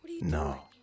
No